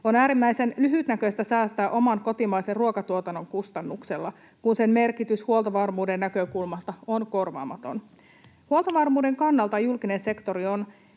On äärimmäisen lyhytnäköistä säästää oman kotimaisen ruokatuotannon kustannuksella, kun sen merkitys huoltovarmuuden näkökulmasta on korvaamaton. Huoltovarmuuden kannalta julkinen sektori on